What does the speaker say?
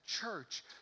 church